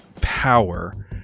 power